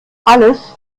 alles